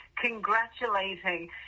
congratulating